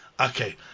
Okay